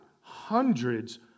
hundreds